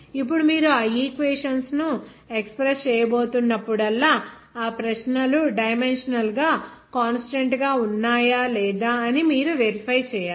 ఇప్పుడు మీరు ఆ ఈక్వేషన్స్ ను ఎక్స్ప్రెస్ చేయబోతున్న ప్పుడల్లా ఆ ప్రశ్నలు డైమెన్షనల్ గా కాన్స్టాంట్ గా ఉన్నాయా లేదా అని మీరు వెరిఫై చేయాలి